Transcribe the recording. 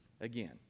again